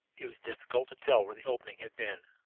it was difficult to tell where the opening had been.